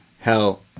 hell